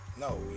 No